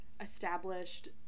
established